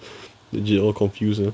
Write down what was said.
legit all confused ah